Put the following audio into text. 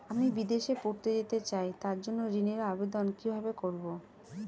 আমি বিদেশে পড়তে যেতে চাই তার জন্য ঋণের আবেদন কিভাবে করব?